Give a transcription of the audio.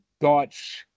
thoughts